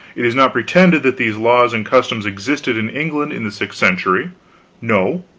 it is not pretended that these laws and customs existed in england in the sixth century no,